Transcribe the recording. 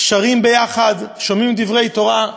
שרים ביחד, שומעים דברי תורה.